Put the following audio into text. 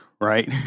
right